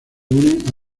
unen